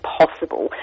possible